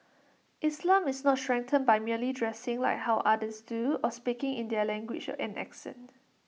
islam is not strengthened by merely dressing like how others do or speaking in their language and accent